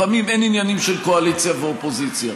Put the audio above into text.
לפעמים אין עניינים של קואליציה ואופוזיציה.